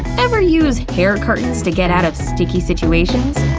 ever use hair curtains to get out of sticky situations?